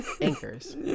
anchors